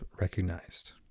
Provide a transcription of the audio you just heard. recognized